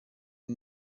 nta